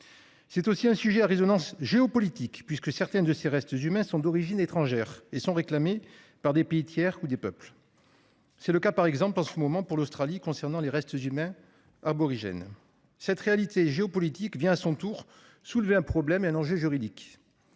C'est aussi un sujet à résonance géopolitique, puisque certains de ces restes humains sont d'origine étrangère et sont réclamés par des pays tiers ou des peuples. C'est le cas par exemple, en ce moment, pour l'Australie concernant des restes humains aborigènes. Cette réalité géopolitique vient à son tour soulever un problème et un enjeu juridique.